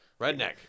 Redneck